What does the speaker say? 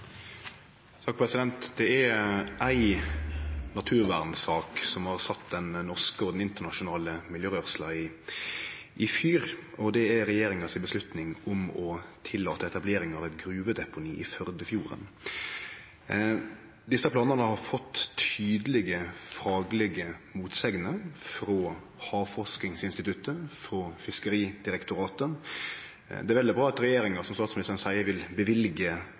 naturvernsak som har sett den norske og den internasjonale miljørørsla i fyr, og det er regjeringa si avgjerd om å tillate etablering av eit gruvedeponi i Førdefjorden. Desse planane har fått tydelege faglege motsegner frå Havforskingsinstituttet og frå Fiskeridirektoratet. Det er vel og bra at regjeringa, som statsministeren seier, vil